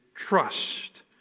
Trust